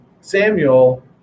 Samuel